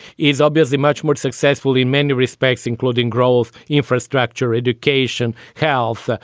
is obviously much more successful in many respects, including growth, infrastructure, education, health, ah